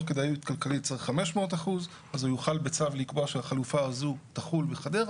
כלכלית צריך 500% אז הוא יוכל לקבוע בצו שהחלופה הזו תחול בחדרה